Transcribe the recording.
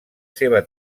seva